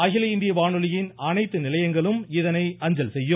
அகில இந்திய வானொலியின் அனைத்து நிலையங்களும் இதனை அஞ்சல் செய்யும்